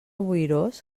boirós